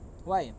why